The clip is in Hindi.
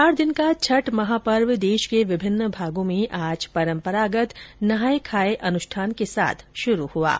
चार दिन का छठ महापर्व देश के विभिन्न भागों में आज परंपरागत नहाए खाये अनुष्ठान के साथ शुरू हो गया है